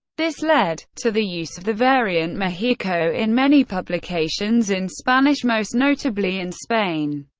this led to the use of the variant mejico in many publications in spanish, most notably in spain,